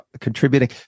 contributing